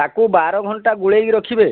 ତାକୁ ବାର ଘଣ୍ଟା ଗୋଳେଇକି ରଖିବେ